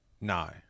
No